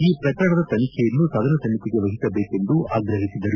ಈ ಪ್ರಕರಣದ ತನಿಖೆಯನ್ನು ಸದನ ಸಮಿತಿಗೆ ವಹಿಸಬೇಕೆಂದು ಆಗ್ರಹಿಸಿದರು